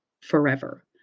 forever